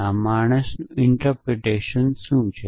આ માણસ અર્થઘટન શું છે